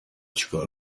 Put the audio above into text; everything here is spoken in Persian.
چیکار